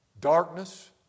Darkness